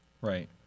right